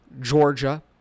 Georgia